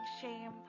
shame